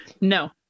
No